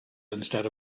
instead